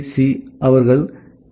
C அவர்கள் B